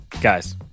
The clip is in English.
guys